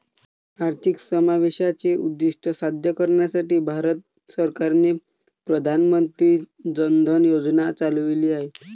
आर्थिक समावेशाचे उद्दीष्ट साध्य करण्यासाठी भारत सरकारने प्रधान मंत्री जन धन योजना चालविली आहेत